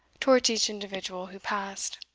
towards each individual who passed.